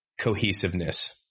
cohesiveness